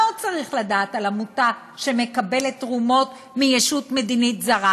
מה עוד צריך לדעת על עמותה שמקבלת תרומות מישות מדינית זרה?